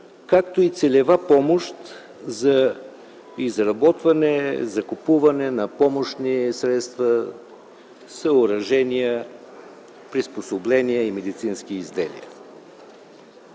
както и целева помощ за изработване, закупуване на помощни средства, съоръжения, приспособления и медицински изделия.